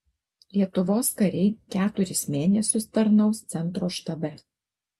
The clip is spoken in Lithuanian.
lietuvos kariai keturis mėnesius tarnaus centro štabe